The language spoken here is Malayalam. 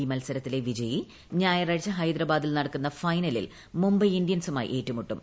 ഈ മൽസരത്തിലെ വിജയി ഞായറാഴ്ച ഹൈദരാബാദിൽ നടക്കുന്ന ഫൈനലിൽ മുംബൈ ഇന്ത്യൻസുമായി ഏറ്റൂമുട്ടും